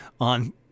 on